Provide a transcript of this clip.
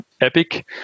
Epic